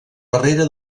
barrera